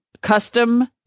custom